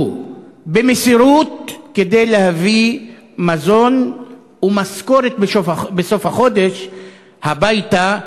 במסירות כדי להביא מזון ומשכורת בסוף החודש הביתה.